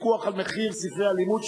פיקוח על מחיר ספרי הלימוד),